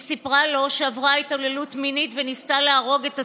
היא סיפרה לו שעברה התעללות מינית וניסתה להרוג את עצמה,